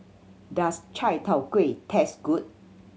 does chai tow kway taste good